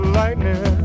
lightning